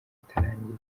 itarangiye